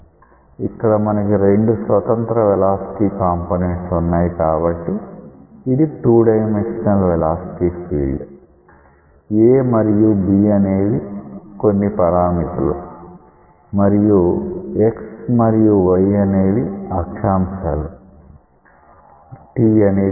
ఇక్కడ మనకి రెండు స్వతంత్ర వెలాసిటీ కంపోనెంట్స్ వున్నాయి కాబట్టి ఇది 2 డైమెన్షనల్ వెలాసిటీ ఫీల్డ్ a మరియు b అనేవి కొన్ని పరామితులు మరియు x మరియు y అనేవి అక్షాంశాలు t అనేది సమయం